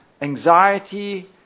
anxiety